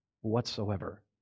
whatsoever